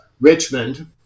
Richmond